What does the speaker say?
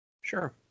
Sure